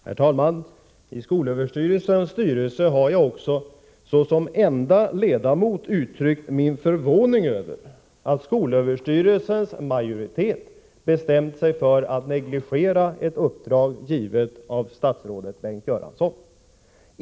Herr talman! I skolöverstyrelsens styrelse har jag såsom enda ledamot uttryckt min förvåning över att skolöverstyrelsens majoritet bestämt sig för att negligera ett uppdrag som har givits av statsrådet Bengt Göransson.